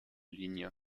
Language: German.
linie